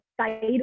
side